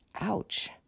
Ouch